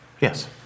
Yes